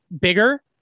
bigger